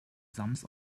sams